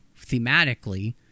thematically